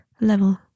level